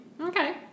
Okay